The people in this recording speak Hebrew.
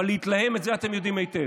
אבל להתלהם, את זה אתם יודעים היטב.